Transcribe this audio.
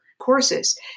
Courses